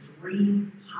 dream